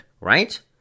right